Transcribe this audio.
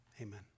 amen